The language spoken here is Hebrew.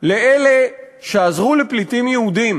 לאלה שעזרו לפליטים יהודים